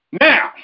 Now